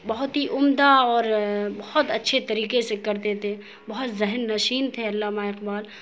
بہت ہی عمدہ اور بہت اچھے طریقے سے کرتے تھے بہت ذہن نشین تھے علامہ اقبال